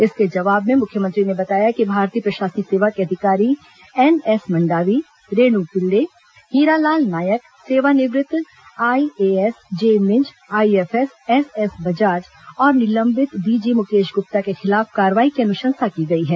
इसके जवाब में मुख्यमंत्री ने बताया कि भारतीय प्रशासनिक सेवा के अधिकारी एनएस मंडावी रेणु पिल्ले हीरालाल नायक सेवानिवृत्त IAS J Minj IFS SS Bajaj और निलंबित डीजी मुकेश गुप्ता के खिलाफ कार्रवाई की अनुशंसा की गई है